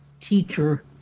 teacher